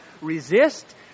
resist